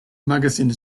magazine